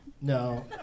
No